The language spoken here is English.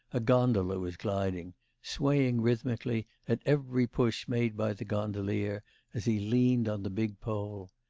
a gondola was gliding swaying rhythmically at every push made by the gondolier as he leaned on the big pole.